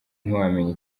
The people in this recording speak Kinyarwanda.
ntiwamenya